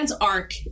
arc